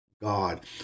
God